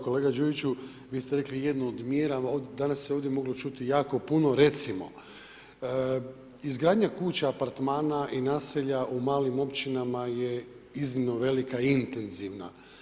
Kolega Đujiću, vi ste rekli, jednu od mjera, danas se ovdje moglo čuti, jako puno recimo, izgradnja kuća, apartmana i naselja u malim općinama je iznimno velika i intenzivna.